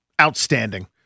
outstanding